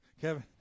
Kevin